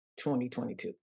2022